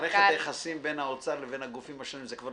המון שנים ביקרו את נערי האוצר שהם יוצאים